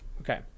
Okay